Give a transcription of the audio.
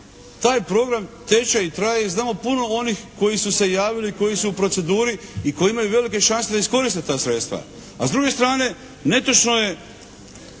Taj program teče i traje i znamo puno onih koji su se javili i koji su u proceduri, i koji imaju velike šanse da iskoriste ta sredstva. A s druge strane netočno je